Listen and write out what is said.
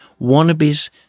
wannabes